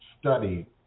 study